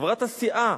חברת הסיעה